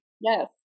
Yes